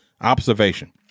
Observation